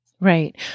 Right